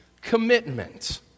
commitment